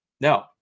No